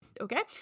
Okay